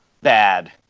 Bad